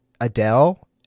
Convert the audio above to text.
Adele